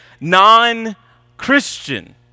non-Christian